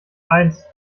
eins